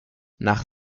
nach